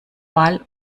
ball